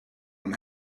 and